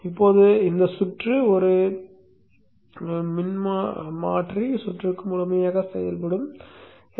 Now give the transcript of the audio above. இப்போது இந்த சுற்று ஒரு மாற்றி சுற்றுக்கு முழுமையாக செயல்படுகிறது